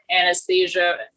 anesthesia